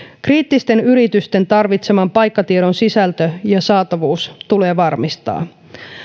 kriittisten yritysten tarvitseman paikkatiedon sisältö ja saatavuus tulee varmistaa